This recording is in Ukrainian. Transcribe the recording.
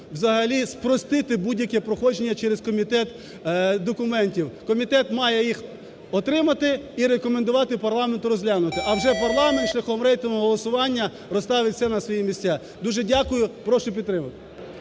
взагалі, спростити будь-яке проходження через комітет документів. Комітет має їх отримати і рекомендувати парламенту розглянути, а вже парламент шляхом рейтингового голосування розставить все на свої місця. Дуже дякую, прошу підтримати.